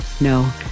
No